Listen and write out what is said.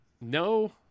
no